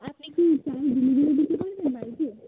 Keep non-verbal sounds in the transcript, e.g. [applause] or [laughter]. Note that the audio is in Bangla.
আপনি কী [unintelligible] ডেলিভারি দিতে পারবেন বাড়িতে